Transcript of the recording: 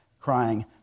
crying